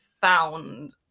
found